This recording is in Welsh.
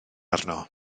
arno